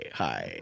hi